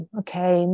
okay